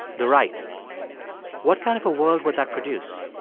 the right what kind of a world would that produce?